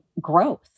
growth